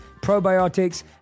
probiotics